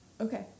okay